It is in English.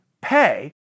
pay